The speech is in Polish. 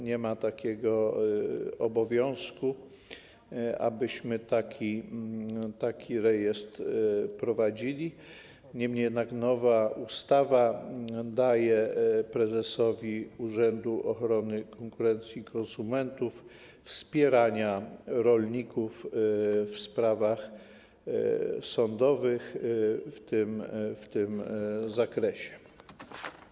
Nie ma takiego obowiązku, abyśmy taki rejestr prowadzili, niemniej jednak nowa ustawa daje prezesowi Urzędu Ochrony Konkurencji i Konsumentów możliwość wspierania rolników w sprawach sądowych w tym zakresie.